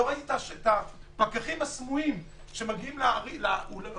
לא ראיתי את הפקחים הסמויים שמגיעים לאולמות חרדיים,